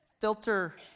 filter